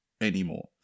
anymore